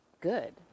good